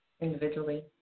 individually